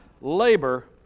labor